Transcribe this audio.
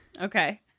Okay